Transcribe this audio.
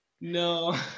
no